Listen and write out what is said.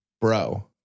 bro